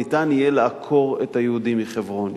ניתן יהיה לעקור את היהודים מחברון.